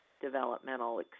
developmental